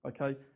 Okay